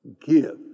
give